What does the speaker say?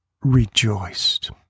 rejoiced